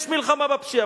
יש מלחמה בפשיעה,